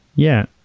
yeah,